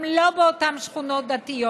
גם לא באותן שכונות דתיות.